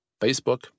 Facebook